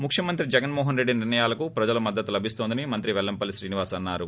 ముఖ్యమంత్రి జగన్మోహన్ రెడ్డి నిర్ణయాలకు ప్రజల మద్దతు లభిస్తోందని మంత్రి పెల్లంపల్లి శ్రీనివాస్ అన్నారు